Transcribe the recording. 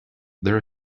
there